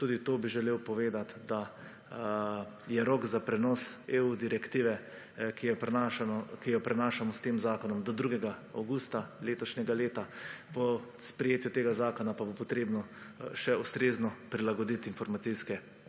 Tudi to bi želel povedati, da je rok za prenos EU Direktive, ki jo prenašamo s tem zakonom do 2. avgusta letošnjega leta, po sprejetju tega zakona, pa bo potrebno še ustrezno prilagoditi informacijske